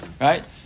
right